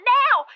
now